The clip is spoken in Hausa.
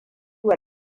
wa